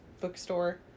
bookstore